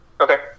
Okay